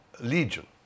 legion